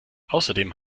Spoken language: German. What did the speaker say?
außerdem